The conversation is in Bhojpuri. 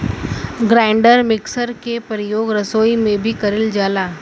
ग्राइंडर मिक्सर के परियोग रसोई में भी कइल जाला